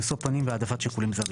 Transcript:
רואה החשבון שטעה עכשיו.